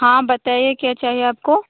हाँ बताइए क्या चाहिए आपको